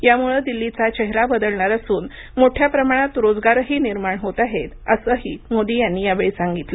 यामुळं दिल्लीचा चेहरा बदलणार असून मोठ्या प्रमाणात रोजगार निर्माण होत आहेत असंही मोदी यांनी या वेळी सांगितलं